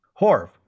Horf